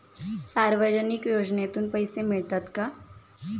सामाजिक योजनेतून पैसे मिळतात का?